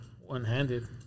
One-handed